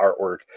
artwork